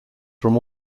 from